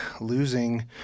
losing